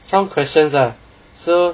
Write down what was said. some questions lah so